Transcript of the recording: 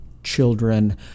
children